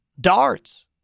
darts